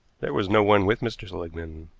there was no one with mr. seligmann.